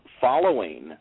Following